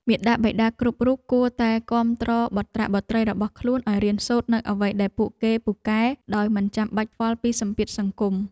មាតាបិតាគ្រប់រូបគួរតែគាំទ្របុត្រាបុត្រីរបស់ខ្លួនឱ្យរៀនសូត្រនូវអ្វីដែលពួកគេពូកែដោយមិនចាំបាច់ខ្វល់ពីសម្ពាធសង្គម។